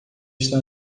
está